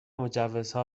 مجوزها